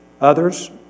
others